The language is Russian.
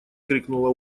крикнула